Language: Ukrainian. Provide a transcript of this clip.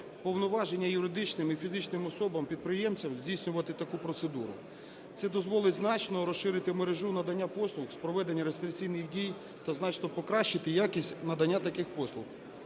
повноваження юридичним і фізичним особам-підприємцям здійснювати таку процедуру. Це дозволить значно розширити мережу надання послуг з проведення реєстраційних дій та значно покращити якість надання таких послуг.